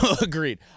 agreed